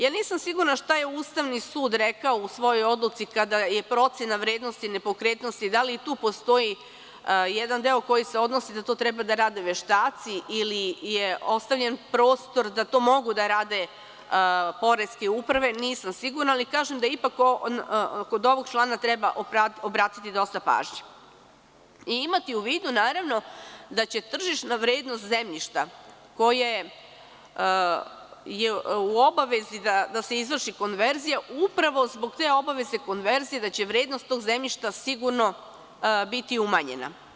Ja nisam sigurna šta je Ustavni sud rekao u svojoj odluci kada je procena vrednosti nepokretnosti, da li i tu postoji jedan deo koji se odnosi da to treba da rade veštaci ili je ostavljen prostor da to mogu da rade poreske uprave, nisam sigurna, ali kažem da ipak kod ovog člana treba obratiti dosta pažnju i imati u vidu naravno da će tržišna vrednost zemljišta koja je u obavezi da se izvrši konverzija, upravo zbog te obaveze konverzije da će vrednost tog zemljišta sigurno biti umanjena.